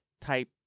type